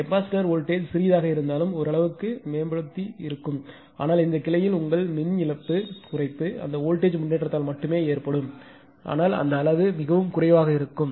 இந்த capacitor voltage சிறிதாக இருந்தாலும் ஓரளவிற்கு மேம்படுத்தி இருக்கும் ஆனால் இந்த கிளையில் உங்கள் மின் இழப்பு குறைப்பு இந்த வோல்டேஜ் முன்னேற்றத்தால் மட்டுமே ஏற்படும் ஆனால் அந்த அளவு மிகவும் குறைவாக இருக்கும்